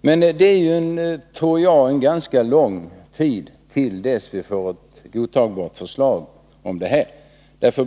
Men det tar ju, tror jag, ganska lång tid innan vi får ett godtagbart förslag om det.